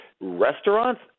restaurants